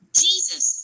jesus